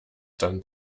dann